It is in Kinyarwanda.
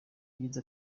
yagize